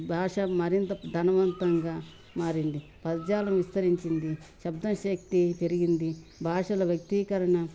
భాష మరింత ధనవంతంగా మారింది పదజాలం విస్తరించింది శబ్దం శక్తి పెరిగింది భాషల వ్యక్తీకరణ